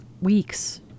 weeks